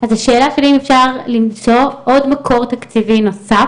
אז השאלה שלי אם אפשר ליצור עוד מקור תקציבי נוסף